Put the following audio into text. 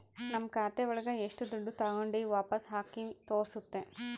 ನಮ್ ಖಾತೆ ಒಳಗ ಎಷ್ಟು ದುಡ್ಡು ತಾಗೊಂಡಿವ್ ವಾಪಸ್ ಹಾಕಿವಿ ತೋರ್ಸುತ್ತೆ